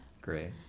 Great